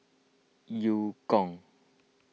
Eu Kong